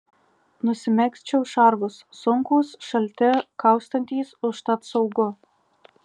nusimegzčiau šarvus sunkūs šalti kaustantys užtat saugu